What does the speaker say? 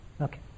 Okay